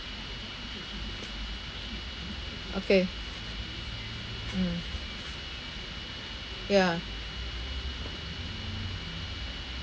okay mm ya